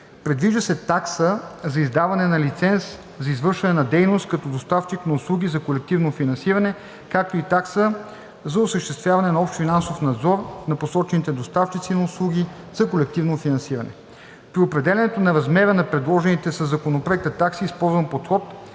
Предвижда се такса за издаване на лиценз за извършване на дейност като доставчик на услуги за колективно финансиране, както и такса за осъществяване на общ финансов надзор на посочените доставчици на услуги за колективно финансиране. При определянето на размера на предложените със Законопроекта такси е използван подход